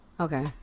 Okay